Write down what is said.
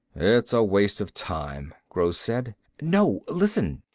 it's a waste of time, gross said. no listen!